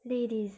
ladies